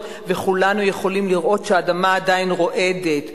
וכולנו יכולים לראות שהאדמה עדיין רועדת.